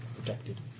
protected